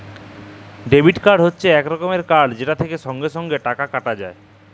debit card হচ্যে এক রকমের কার্ড যেটা থেক্যে সঙ্গে সঙ্গে টাকা কাটা যায়